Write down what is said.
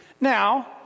Now